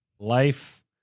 Life